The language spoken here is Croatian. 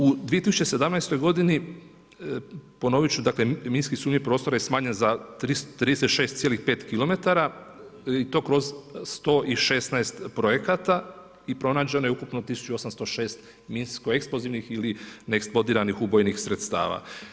U 2017. godini, ponoviti ću dakle, minski sumnjivi prostor je smanjen za 336,5 km i to kroz 116 projekata i pronađeno je ukupno 1806 minsko eksplozivnih ili neeksplodiranih ubojnih sredstava.